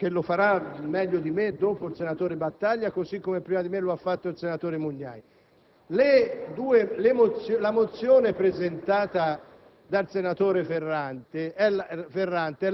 c'è un altro aspetto che vorrei sottolineare (lo farà meglio di me dopo il senatore Battaglia, così come prima di me lo ha fatto il senatore Mugnai). La mozione presentata